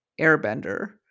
airbender